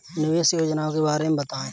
निवेश योजनाओं के बारे में बताएँ?